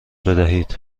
بدهید